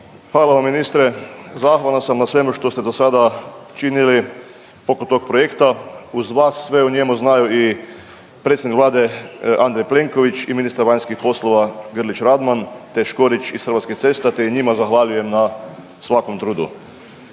Hvala vam ministre. Zahvalan sam na svemu što ste do sada činili oko tog projekta. Uz vas sve o njemu znaju i predsjednik Vlade Andrej Plenković i ministar vanjskih poslova Grlić Radman te Škorić iz Hrvatskih cesta te i njima zahvaljujem na svakom trudu.